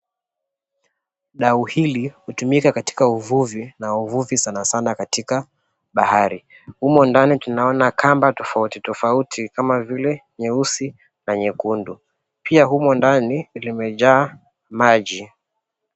Dau hili hutumika kwa uvuvi na uvuvi sana sana katika bahari. Humo ndani tunaona kamba tofauti tofauti kama vile nyeusi na nyekundu. Pia humo ndani limejaa maji.